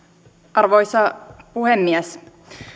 arvoisa puhemies